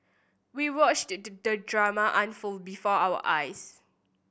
we watched the drama unfold before our eyes